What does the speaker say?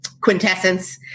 quintessence